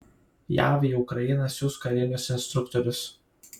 jav į ukrainą siųs karinius instruktorius